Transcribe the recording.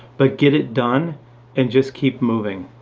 but get it done and just keep moving.